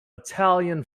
italian